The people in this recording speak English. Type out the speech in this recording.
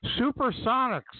Supersonics